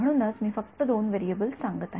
म्हणूनच मी फक्त दोन व्हेरिएबल्स सांगत आहे